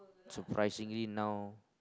surprisingly now